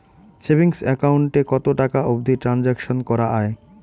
Savings account এ কতো টাকা অবধি ট্রানসাকশান করা য়ায়?